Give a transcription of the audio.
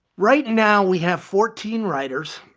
right now we have fourteen writers,